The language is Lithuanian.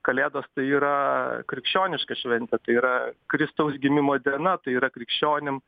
kalėdos tai yra krikščioniška šventė tai yra kristaus gimimo diena tai yra krikščionim